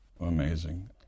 Amazing